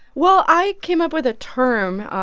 well, i came up with a term.